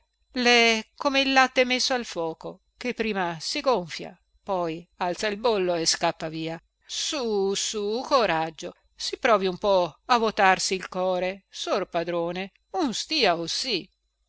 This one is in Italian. lè come il latte messo al foco che prima si gonfia poi alza il bollo e scappa via su su coraggio si provi un po a votarsi il core sor padrone un stia osì